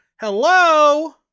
Hello